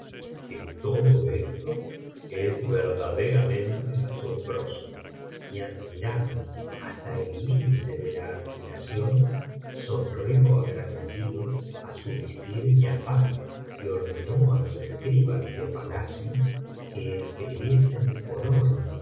que todo esto es verdaderamente asombroso y admirado hasta el límite de la admiración sonrió agradecido á su visir giafar y ordenó á los escribas de palacio que escribiesen con oro